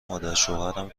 مادرشوهرم